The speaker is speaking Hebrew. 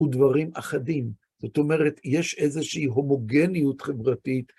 ודברים אחדים, זאת אומרת, יש איזושהי הומוגניות חברתית.